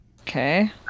Okay